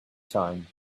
time